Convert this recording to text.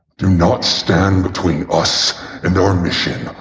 do not stand between us and the war machine.